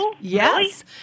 yes